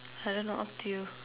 I don't know up to you